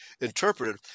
interpreted